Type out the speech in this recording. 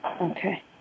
Okay